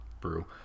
Brew